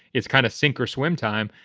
it's kind of sink or swim time.